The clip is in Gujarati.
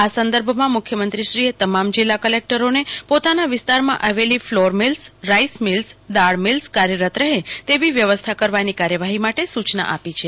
આ સંદર્ભમાં મુખ્યમંત્રીએ તમામ જિલ્લા કલેકટરોને પોતાના વિસ્તારમાં આવેલી ફ્લોરમીલ્સ રાઈસ મિલ્સ દાળ મિલ્સ કાર્યરત રહે તેવી વ્યવસ્થા કરવાની કાર્યવાહી માટે સુચના આપી છે